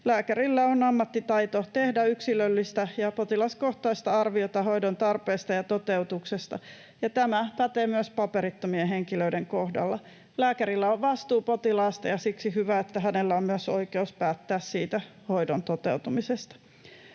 Lääkärillä on ammattitaito tehdä yksilöllistä ja potilaskohtaista arviota hoidon tarpeesta ja toteutuksesta, ja tämä pätee myös paperittomien henkilöiden kohdalla. Lääkärillä on vastuu potilaasta, ja siksi on hyvä, että hänellä on myös oikeus päättää siitä hoidon toteutumisesta.